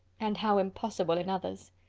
and how impossible in others!